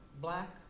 Black